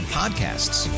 podcasts